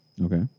Okay